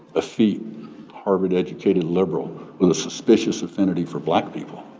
a feat harvard educated liberal with a suspicious affinity for black people.